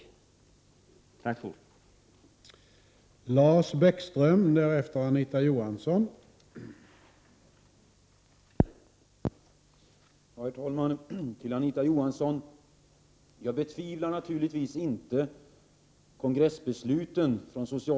Tack för ordet.